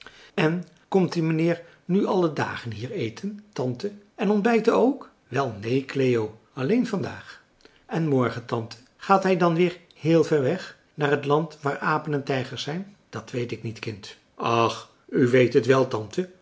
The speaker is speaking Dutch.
en komt die meneer nu alle dagen hier eten tante en ontbijten ook wel neen cleo alleen van daag en morgen tante gaat hij dan weer heel ver weg naar dat land waar apen en tijgers zijn dat weet ik niet kind ach u weet het wel tante